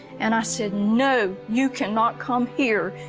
and i said, no, you cannot come here.